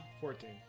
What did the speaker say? Fourteen